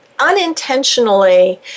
unintentionally